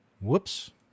Whoops